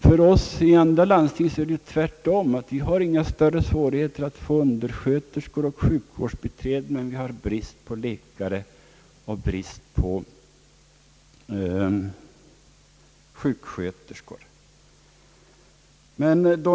För oss i andra landsting är det tvärtom så att vi inte har några större svårigheter att få undersköterskor och sjukvårdsbiträden, men vi har brist på läkare och på sjuksköterskor.